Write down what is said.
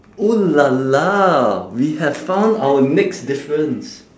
oo la la we have found our next difference